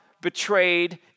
betrayed